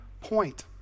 point